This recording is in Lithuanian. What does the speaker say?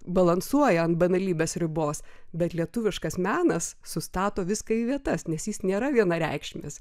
balansuoja ant banalybės ribos bet lietuviškas menas sustato viską į vietas nes jis nėra vienareikšmis